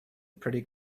pretty